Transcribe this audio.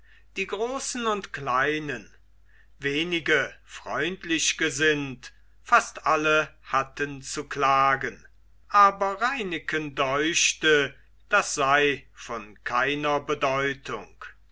die großen und kleinen wenige freundlich gesinnt fast alle hatten zu klagen aber reineken deuchte das sei von keiner bedeutung